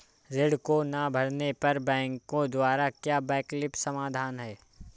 ऋण को ना भरने पर बैंकों द्वारा क्या वैकल्पिक समाधान हैं?